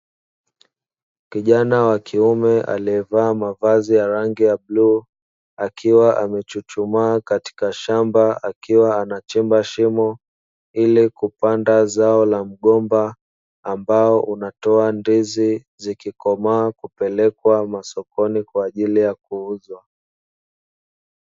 Kijana wa kiume aliyevaa mavazi ya rangi ya bluu akiwa amechuchumaa katika shamba, akiwa anachimba shimo ili kupanda zao la mgomba ambao unatoa ndizi, zikikomaa hupelekwa masokoni kwa ajili ya kuuzwa.